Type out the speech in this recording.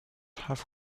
have